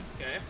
Okay